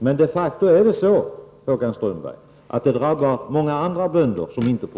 Men det drabbar de facto,